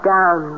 Down